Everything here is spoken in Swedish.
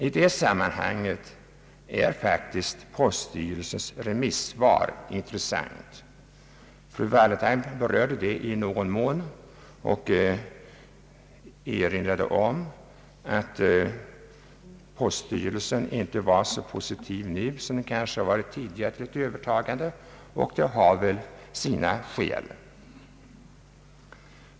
I det sammanhanget är faktiskt poststyrelsens remissvar intressant — fru Wallentheim berörde det i någon mån och erinrade om att poststyrelsen inte var så positiv nu som den varit tidigare till ett övertagande av sedeloch myntdistributionen. Det har väl sina skäl.